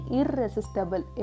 irresistible